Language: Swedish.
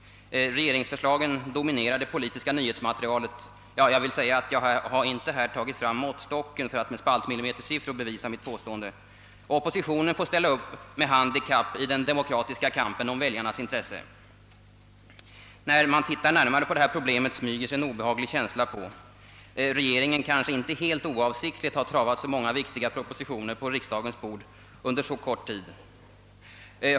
Regeringsförslagen dominerar det politiska nyhetsmaterialet. Jag vill säga att jag inte tagit fram måttstocken för att med spaltmillimetersiffror bevisa mitt påstående. Oppositionen får ställa upp med handikapp i den demokratiska kampen om väljarnas intresse. När man ser närmare på detta problem smyger sig en obehaglig känsla på: regeringen har kanske inte helt oavsiktligt travat så många viktiga propositioner på riksdagens bord under så kort tid.